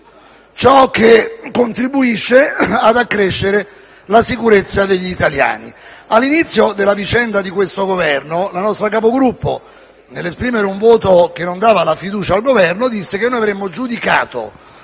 ciò che contribuisce ad accrescere la sicurezza degli italiani. All'inizio della vicenda di questo Governo, la nostra Capogruppo, nell'esprimere un voto che non dava la fiducia al Governo, disse che noi avremmo giudicato